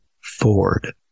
Ford